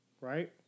right